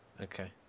Okay